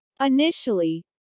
Initially